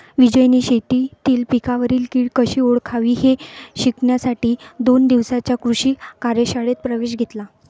विजयने शेतीतील पिकांवरील कीड कशी ओळखावी हे शिकण्यासाठी दोन दिवसांच्या कृषी कार्यशाळेत प्रवेश घेतला